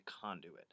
conduit